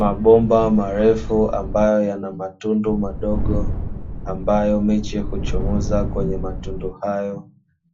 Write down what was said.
Mabomba marefu ambayo yana matundu madogo, ambayo miche ya kuchomoza kwenye matundu hayo,